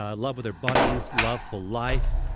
ah love with their buddies, love for life,